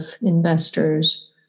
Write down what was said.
investors